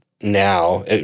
now